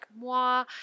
moi